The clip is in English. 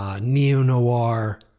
neo-noir